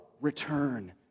return